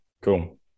Cool